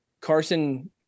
Carson